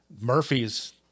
Murphy's